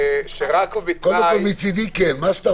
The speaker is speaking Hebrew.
שרק ובתנאי -- מצדי כל מה שאתה